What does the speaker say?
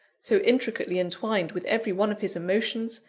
so intricately entwined with every one of his emotions,